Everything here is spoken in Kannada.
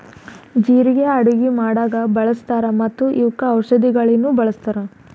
ಜೀರಿಗೆ ಅಡುಗಿ ಮಾಡಾಗ್ ಬಳ್ಸತಾರ್ ಮತ್ತ ಇವುಕ್ ಔಷದಿಗೊಳಾಗಿನು ಬಳಸ್ತಾರ್